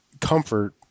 comfort